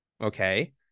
Okay